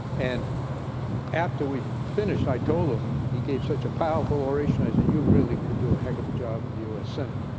and after we finished, i told him. he gave such a powerful oration. i said, you really could do a heck of a job in the u s. senate.